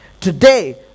Today